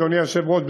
אדוני היושב-ראש,